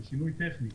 זה שינוי טכני.